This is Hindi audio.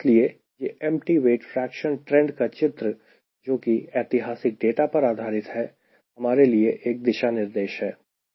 इसलिए यह एमप्टी वेट फ्रेक्शन ट्रेंड का चित्र जोकि ऐतिहासिक डेटा पर आधारित है हमारे लिए एक दिशानिर्देश है